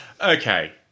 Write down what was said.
okay